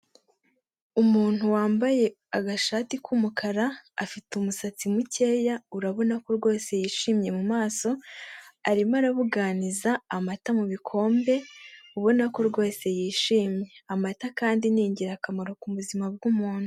Umuntu wambaye agashati k'umukara, afite umusatsi mukeya, urabona ko rwose yishimye mu maso, arimo arabuganiza amata mu bikombe, ubona ko rwose yishimye. Amata kandi ni ingirakamaro ku buzima bw'umuntu.